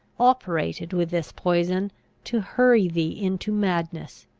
operated with this poison to hurry thee into madness.